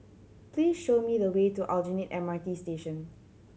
please show me the way to Aljunied M R T Station